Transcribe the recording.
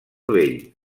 vell